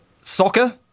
soccer